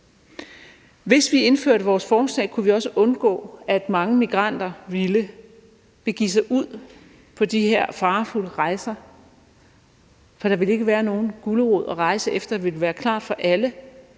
Hvis vi indførte vores forslag, kunne vi også undgå, at mange migranter ville begive sig ud på de her farefulde rejser, for der ville ikke være nogen gulerod at rejse efter. Det ville være klart for alle,